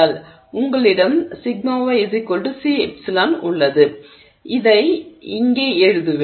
எனவே உங்களிடம் உள்ளது σy C ε அதை இங்கே எழுதுவேன்